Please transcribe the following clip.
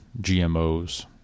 GMOs